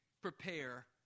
prepare